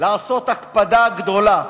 לעשות הקפדה גדולה